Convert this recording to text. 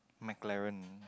McLaren